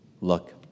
look